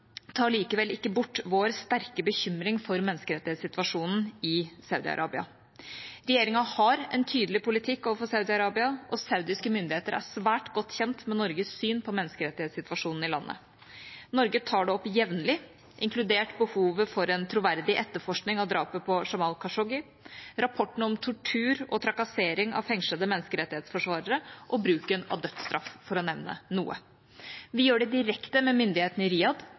tar likevel ikke bort vår sterke bekymring for menneskerettighetssituasjonen i Saudi-Arabia. Regjeringa har en tydelig politikk overfor Saudi-Arabia, og saudiske myndigheter er svært godt kjent med Norges syn på menneskerettighetssituasjonen i landet. Norge tar det opp jevnlig, inkludert behovet for en troverdig etterforskning av drapet på Jamal Khashoggi, rapportene om tortur og trakassering av fengslede menneskerettighetsforsvarere og bruken av dødsstraff, for å nevne noe. Vi gjør det direkte med myndighetene i